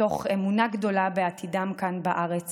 מתוך אמונה גדולה בעתידם כאן בארץ